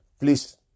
please